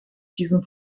diesen